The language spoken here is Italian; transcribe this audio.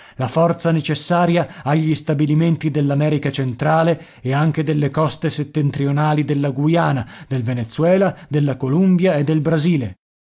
la forza necessaria agli stabilimenti dell'america centrale e anche delle coste settentrionali della guayana del venezuela della columbia e del brasile